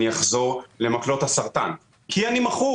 אני אחזור למקלות הסרטן כי אני מכור